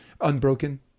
unbroken